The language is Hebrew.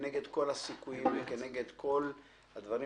כנגד כל הסיכויים וכנגד כל הדברים